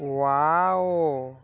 wow